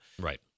Right